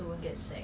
mm